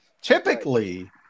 Typically